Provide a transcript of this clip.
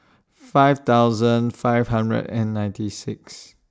five thousand five hundred and ninety six